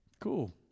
Cool